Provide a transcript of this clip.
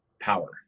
power